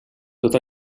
tot